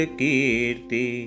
kirti